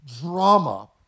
drama